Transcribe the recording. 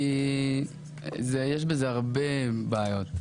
כי יש בזה הרבה בעיות,